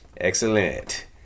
Excellent